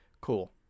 Cool